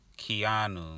Keanu